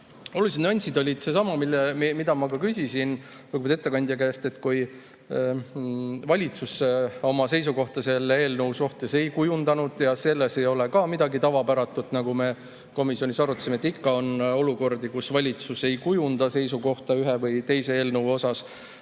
oluline nüanss oli seesama, mida ma küsisin lugupeetud ettekandja käest. Valitsus oma seisukohta selle eelnõu osas ei kujundanud ja selles ei ole ka midagi tavapäratut. Me ka komisjonis arutasime, et ikka on olukordi, kus valitsus ei kujunda seisukohta ühe või teise eelnõu osas,